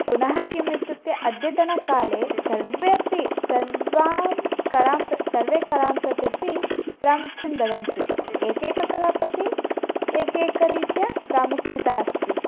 पुनः किम् इत्युक्ते अद्यतनकाले सर्वेपि सर्वां कलां प सर्वे कलां प्रत्यपि प्रामुख्यं ददति एकैककलां प्रति एकैकरीत्या प्रामुख्यता अस्ति